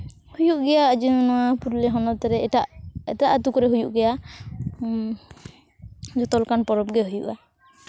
ᱦᱩᱭᱩᱜ ᱜᱮᱭᱟ ᱱᱚᱣᱟ ᱯᱩᱨᱩᱞᱤᱭᱟᱹ ᱦᱚᱱᱚᱛ ᱨᱮ ᱮᱴᱟᱜ ᱮᱴᱟᱜ ᱟᱛᱳ ᱠᱚᱨᱮ ᱦᱩᱭᱩᱜ ᱜᱮᱭᱟ ᱡᱷᱚᱛᱚ ᱞᱮᱠᱟᱱ ᱯᱚᱨᱚᱵᱽ ᱜᱮ ᱦᱩᱭᱩᱜᱼᱟ